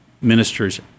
ministers